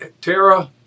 Tara